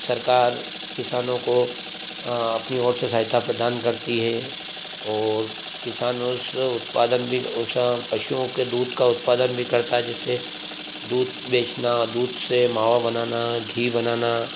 सरकार किसानों को अपनी ओर से सहायता प्रदान करती है और किसान उस उत्पादन भी उस पशुओं के दूध का उत्पादन भी करता है जैसे दूध बेचना दूध से मावा बनाना घी बनाना